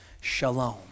Shalom